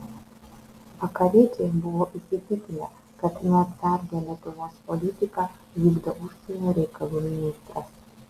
vakariečiai buvo įsitikinę kad neatsargią lietuvos politiką vykdo užsienio reikalų ministras